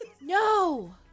No